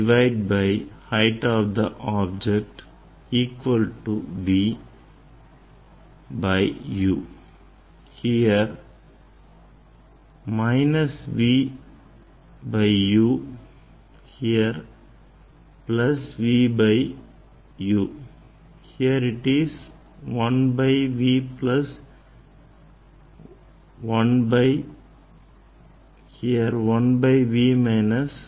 ஆடிக்கான உருப்பெருக்கம் சூத்திரத்தில் v minus ஆகும் இதுவே லென்ஸ்கான சூத்திரத்தில் v plus ஆகும்